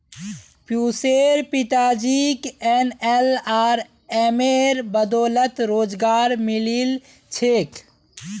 पियुशेर पिताजीक एनएलआरएमेर बदौलत रोजगार मिलील छेक